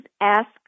ask